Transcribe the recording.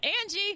Angie